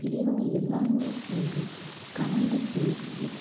பெரியவங்க எல்லாரும் சேர்ந்து கலந்து பேசி